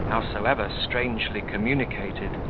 howsoever strangely communicated,